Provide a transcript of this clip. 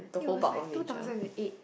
it was like two thousand and eight